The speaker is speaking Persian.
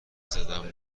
زدم